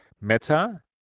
Meta